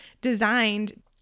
designed